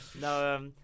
no